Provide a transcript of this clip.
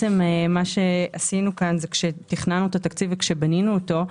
מה שעשינו כאן זה כשתכננו את התקציב ובנינו אותו,